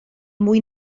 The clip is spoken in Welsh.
mwy